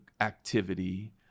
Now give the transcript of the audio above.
activity